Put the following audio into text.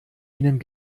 ihnen